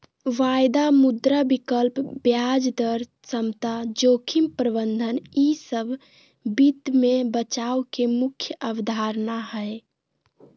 वायदा, मुद्रा विकल्प, ब्याज दर समता, जोखिम प्रबंधन ई सब वित्त मे बचाव के मुख्य अवधारणा हय